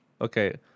Okay